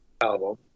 album